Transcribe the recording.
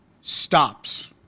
stops